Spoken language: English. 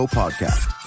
podcast